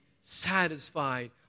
satisfied